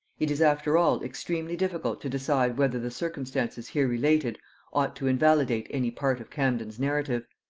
it is, after all, extremely difficult to decide whether the circumstances here related ought to invalidate any part of camden's narrative.